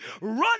run